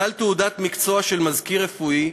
בעל תעודת מקצוע של מזכיר רפואי,